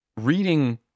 reading